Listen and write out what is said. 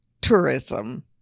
tourism